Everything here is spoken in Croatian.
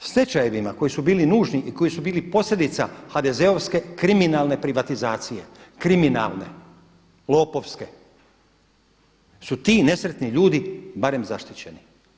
Stečajevima koji su bili nužni i koji su bili posljedica HDZ-ovske kriminalne privatizacije, kriminalne, lopovske, su ti nesretni ljudi barem zaštićeni.